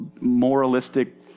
moralistic